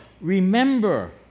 Remember